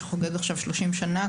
שחוגג עכשיו 30 שנה,